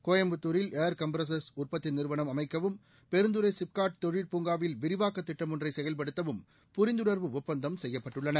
கோயம்புத்தூரில் air compressors உற்பத்தி நிறுவனம் அமைக்கவும் பெருந்துறை சிப்காட் தொழிற்பூங்காவில் விரிவாக்க திட்டம் ஒன்றை செயல்படுத்தவும் புரிந்துணர்வு ஒப்பந்தம் செய்யப்பட்டுள்ளன